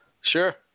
Sure